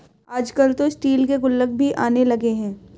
आजकल तो स्टील के गुल्लक भी आने लगे हैं